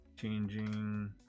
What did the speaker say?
changing